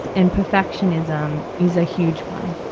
and perfectionism is a huge one.